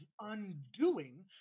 undoing